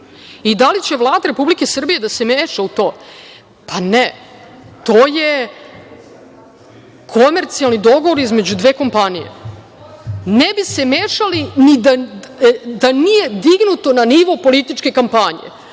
li će Vlada Republike Srbije da se meša u to? Ne. To je komercijalni dogovor između dve kompanije. Ne bi se mešali ni da nije dignuto na nivo političke kampanje,